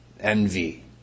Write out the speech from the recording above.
Envy